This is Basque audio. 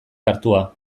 hartua